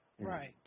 Right